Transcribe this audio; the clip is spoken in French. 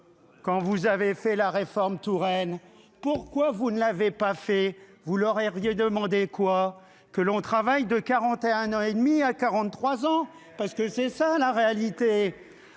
Quand vous avez fait la réforme Touraine. Pourquoi vous ne l'avez pas fait vous l'aurez rien demandé quoi que l'on travaille de 41 ans et demi à 43 ans parce que c'est ça la réalité.